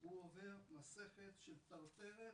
הוא עובר מסכת של טרטרת